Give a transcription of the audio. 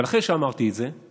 אבל אחרי שאמרתי את זה,